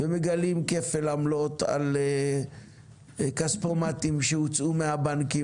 ומגלים כפל עמלות על כספומטים שהוצאו מהבנקים